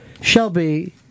Shelby